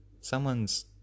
Someone's